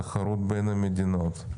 תחרות בין המדינות.